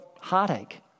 heartache